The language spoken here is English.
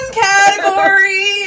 category